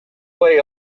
way